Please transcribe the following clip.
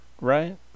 right